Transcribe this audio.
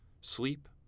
sleep